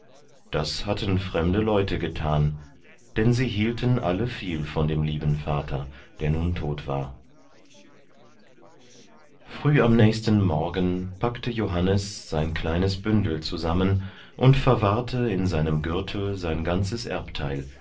das hatten fremde leute gethan denn sie hielten alle viel von dem lieben vater der nun tot war früh am nächsten morgen packte johannes sein kleines bündel zusammen und verwahrte in seinem gürtel sein ganzes erbteil